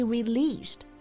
Released